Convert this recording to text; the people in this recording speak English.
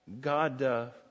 God